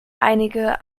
einige